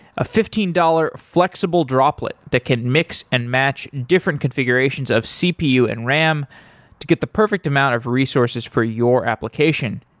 a fifteen dollars flexible droplet that can mix and match different configurations of cpu and ram to get the perfect amount of resources for your application.